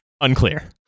Unclear